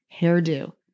hairdo